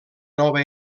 nova